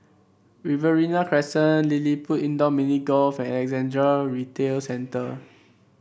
Riverina Crescent LilliPutt Indoor Mini Golf and Alexandra Retail Centre